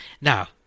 Now